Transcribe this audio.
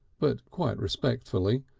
but quite respectfully,